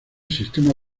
sistema